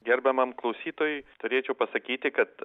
gerbiamam klausytojui turėčiau pasakyti kad